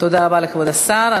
רבה לכבוד השר.